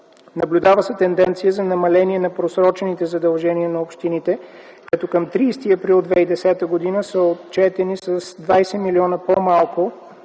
Наблюдава се тенденция на намаление на просрочените задължения на общините, като към 30 април 2010 г. са отчетени с 20 млн. лв. по-малко